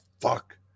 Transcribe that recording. fuck